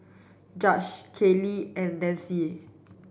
Judge Katlyn and Nanci